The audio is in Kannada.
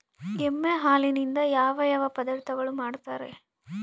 ಎಮ್ಮೆ ಹಾಲಿನಿಂದ ಯಾವ ಯಾವ ಪದಾರ್ಥಗಳು ಮಾಡ್ತಾರೆ?